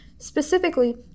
Specifically